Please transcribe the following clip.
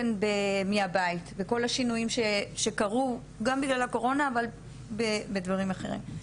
מהבית וכל השינויים שקרו גם בגלל הקורונה אבל גם דברים אחרים,